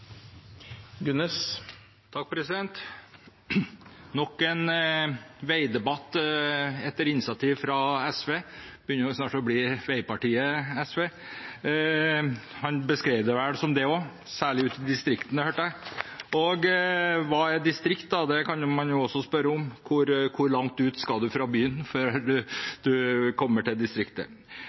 begynner å bli veipartiet. Representanten Nævra beskrev det vel som det også, særlig ute i distriktene, hørte jeg. Hva er «distriktene» – det kan man jo spørre seg om. Hvor langt ut fra byen skal man før man kommer til distriktet?